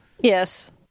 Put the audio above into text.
Yes